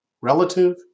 relative